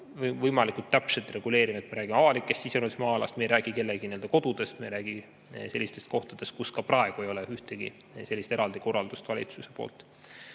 võimalikult täpselt ei reguleerinud, me räägime avalikest siseruumidest ja maa‑alast. Me ei räägi kellegi kodudest, me ei räägi sellistest kohtadest, kus ka praegu ei ole ühtegi sellist eraldi korraldust valitsuse poolt